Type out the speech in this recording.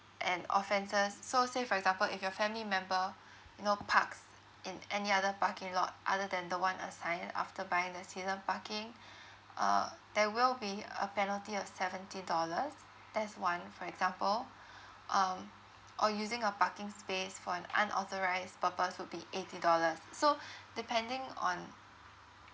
and offences so say for example if your family member you know parks in any other parking lot other than the one assigned after buying the season parking uh there will be a penalty of seventy dollars that's one for example um or using a parking space for an unauthorised purpose would be eighty dollars so depending on